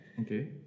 Okay